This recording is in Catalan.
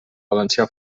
valencià